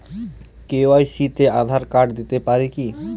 KYC তে Aadhaar card দিতে পারি কি?